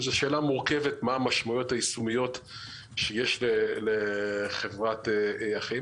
וזו שאלה מורכבת מה המשמעויות היישומיות שיש לחברת אחים,